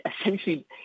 essentially